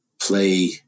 play